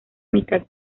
mitad